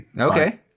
Okay